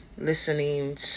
listening